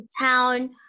town